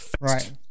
Right